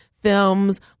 films